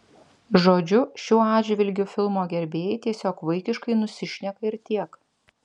žodžiu šiuo atžvilgiu filmo gerbėjai tiesiog vaikiškai nusišneka ir tiek